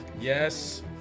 Yes